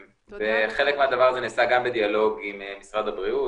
וחלק מהדבר הזה נעשה בדיאלוג גם עם משרד הבריאות,